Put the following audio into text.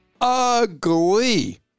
ugly